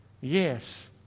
yes